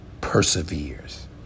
perseveres